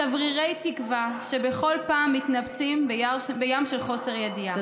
שברירי תקווה שבכל פעם מתנפצים בים של חוסר ידיעה.